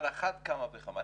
על אחת כמה וכמה.